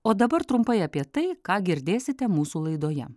o dabar trumpai apie tai ką girdėsite mūsų laidoje